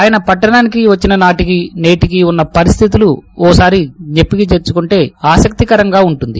ఆయన పట్లణానికి వచ్చిన నాటికి నేటికీ ఉన్న పరిస్థితులు ఓసారి జ్ఞప్తికి తెచ్చుకుంటే ఆసక్తికరంగా ఉంటుంది